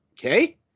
okay